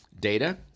data